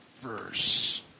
verse